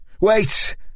Wait